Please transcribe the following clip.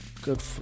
good